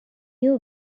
you